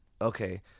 Okay